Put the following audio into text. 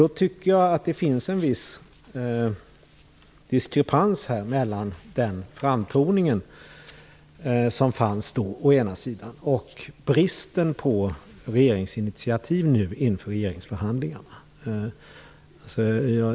Jag tycker att det är en viss diskrepans mellan å ena sidan den framtoning som då fanns och å andra sidan bristen på regeringsinitiativ inför regeringskonferensen.